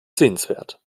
sehenswert